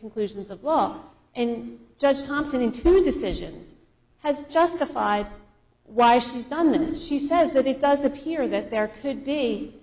conclusions of law and judge thompson into decisions has justified why she's done this she says that it does appear that there could be